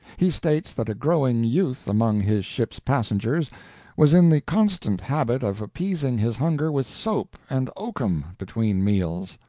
he states that a growing youth among his ship's passengers was in the constant habit of appeasing his hunger with soap and oakum between meals.